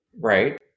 right